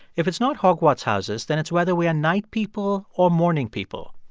if it's not hogwarts houses, then it's whether we are night people or morning people,